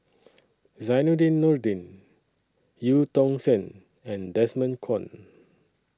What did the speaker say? Zainudin Nordin EU Tong Sen and Desmond Kon